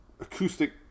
acoustic